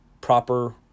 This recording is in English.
proper